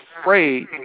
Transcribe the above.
afraid